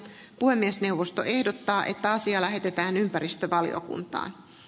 puhemiesneuvosto ehdottaa että asia lähetetään ympäristövaliokuntaan